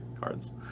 cards